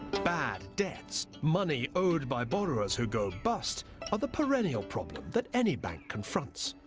bad debts money owed by borrowers who go bust are the perennial problem that any bank confronts.